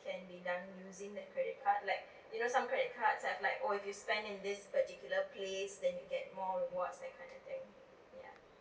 can be done using that credit card like you know some credit cards have like oh if you spend in this particular place then you get more rewards that kind of thing ya